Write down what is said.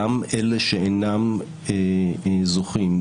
גם אלה שאינם זוכים,